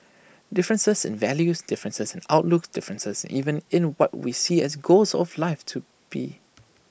differences in values differences in outlooks differences even in what we see as goals of life to be